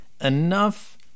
Enough